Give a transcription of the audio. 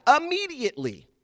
immediately